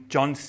John